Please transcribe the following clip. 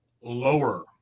Lower